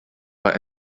but